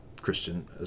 Christian